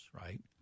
right